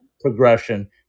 progression